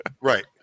Right